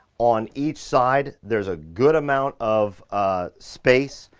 on each side, there's a good amount of ah space,